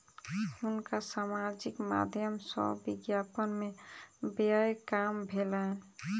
हुनका सामाजिक माध्यम सॅ विज्ञापन में व्यय काम भेलैन